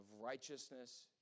righteousness